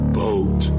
boat